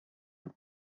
does